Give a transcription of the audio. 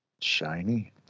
Shiny